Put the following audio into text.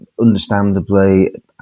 understandably